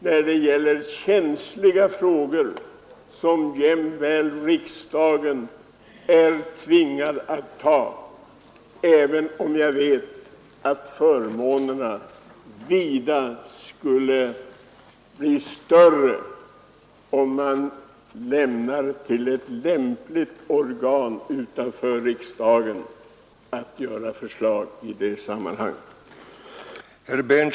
Jämväl i sådana frågor är riksdagen själv tvingad att ta ställning, även om jag vet att förmånerna skulle bli vida större om man överlät åt ett lämpligt organ utanför riksdagen att göra upp förslag i sammanhanget.